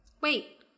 Wait